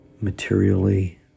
materially